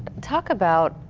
talk about,